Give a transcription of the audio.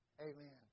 Amen